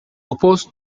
opposed